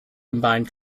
combine